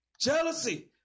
Jealousy